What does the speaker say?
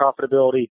profitability